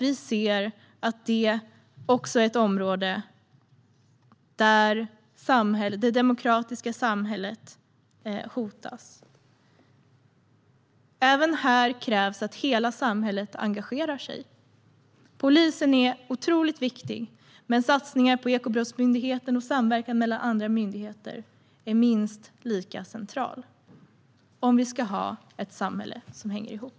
Vi ser att det också är ett område där det demokratiska samhället hotas. Även här krävs att hela samhället engagerar sig. Polisen är otroligt viktig, men satsningar på Ekobrottsmyndigheten och samverkan mellan andra myndigheter är minst lika central om vi ska ha ett samhälle som hänger ihop.